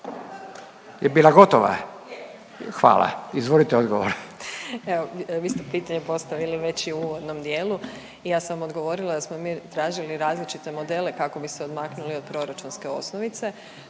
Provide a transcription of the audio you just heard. Je bila gotova? Hvala. Izvolite odgovor. **Josić, Željka (HDZ)** Evo vi ste pitanje postavili već i u uvodnom dijelu i ja sam odgovorila da smo mi tražili različite modele kako bi se odmaknuli od proračunske osnovice,